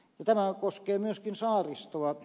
tämä koskee myöskin saaristoa